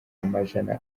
amajana